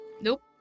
Nope